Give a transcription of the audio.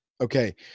Okay